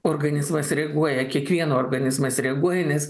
organizmas reaguoja kiekvieno organizmas reaguoja nes